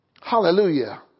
Hallelujah